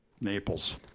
Naples